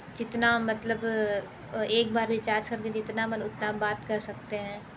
जितना मतलब एक बार रिचार्ज कर के जितना मन उतना हम बात कर सकते हैं